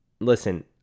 Listen